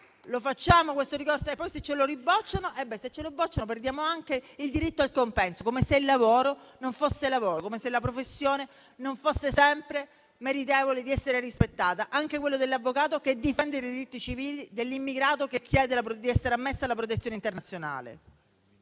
Lo facciamo questo ricorso? E poi se ce lo bocciano? Bene, a quel punto perdiamo anche il diritto al compenso, come se il lavoro non fosse lavoro, come se la professione non fosse sempre meritevole di essere rispettata, anche quella dell'avvocato che difende i diritti civili dell'immigrato che chiede di essere ammesso alla protezione internazionale.